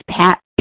Pat